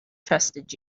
trusted